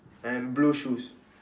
and blue shoes